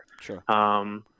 Sure